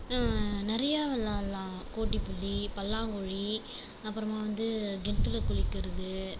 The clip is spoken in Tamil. நிறையா விளாட்லாம் கோட்டிப்புள்ளி பல்லாங்குழி அப்புறமா வந்து கிணத்துல குளிக்கிறது